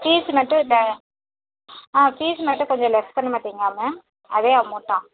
fees மட்டும் ஆ fees மட்டும் கொஞ்சம் லெஸ் பண்ண மாட்டீங்களா மேம் அதே அமௌண்ட்டா